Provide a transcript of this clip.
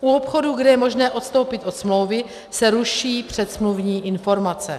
U obchodů, kde je možné odstoupit od smlouvy, se ruší předsmluvní informace.